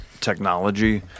technology